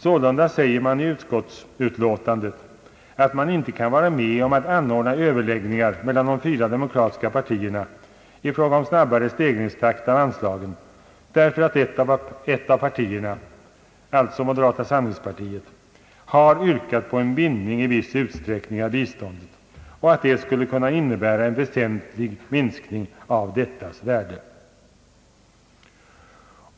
Sålunda säger man i utskottsutlåtandet att man inte kan vara med om att anordna överläggningar mellan de fyra demokratiska partierna i fråga om en snabbare stegringstakt av anslagen, därför att ett av partierna, dvs. moderata samlingspartiet, har yrkat på en bindning i viss utsträckning av biståndet och att det skulle kunna innebära en väsentlig minskning av dettas värde.